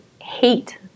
hate